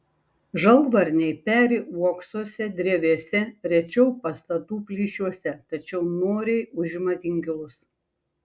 žalvarniai peri uoksuose drevėse rečiau pastatų plyšiuose tačiau noriai užima inkilus